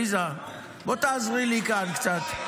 עליזה, בואי, תעזרי לי כאן קצת.